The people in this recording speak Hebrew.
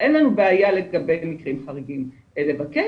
אין לנו בעיה לגבי מקרים חריגים לבקש.